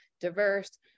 diverse